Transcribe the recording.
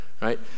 right